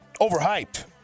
overhyped